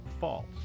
false